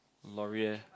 Loreal